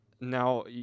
now